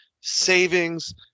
savings